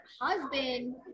husband